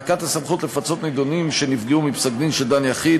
הענקת הסמכות לפצות נידונים שנפגעו מפסק של דן יחיד,